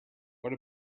what